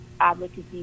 advocacy